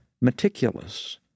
meticulous